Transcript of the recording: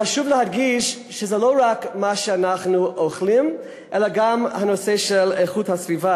חשוב להדגיש שזה לא רק מה שאנחנו אוכלים אלא גם הנושא של איכות הסביבה,